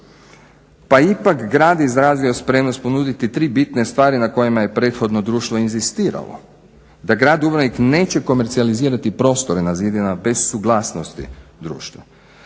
Pa ipak grad je izrazio spremnost ponuditi tri bitne stvari na kojima je prethodno društvo inzistiralo, da grad Dubrovnik neće komercijalizirati prostore na zidinama bez suglasnosti društva,